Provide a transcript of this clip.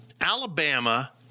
Alabama